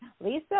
Lisa